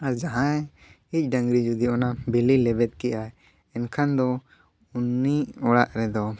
ᱟᱨ ᱡᱟᱦᱟᱭ ᱤᱡ ᱰᱟᱝᱨᱤ ᱡᱩᱫᱤ ᱚᱱᱟ ᱵᱤᱞᱤ ᱞᱮᱵᱮᱫ ᱠᱮᱜᱼᱟᱭ ᱮᱱᱠᱷᱟᱱ ᱫᱚ ᱩᱱᱤ ᱚᱲᱟᱜ ᱨᱮᱫᱚ